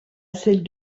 celles